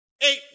Eight